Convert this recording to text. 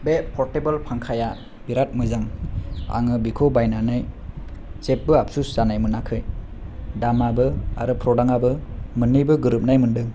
बे फरदेबोल फांखाया बिराद मोजां आङो बेखौ बायनानै जेबो आपसुस जानाय मोनाखै दामाबो आरो प्रदाक्तआबो मोननैबो गोरोबनाय मोनदों